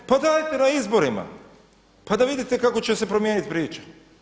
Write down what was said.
Pa dajte na izborima, pa da vidite kako će se promijeniti priča.